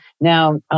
Now